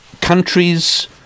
countries